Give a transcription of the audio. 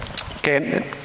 okay